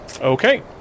Okay